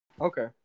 Okay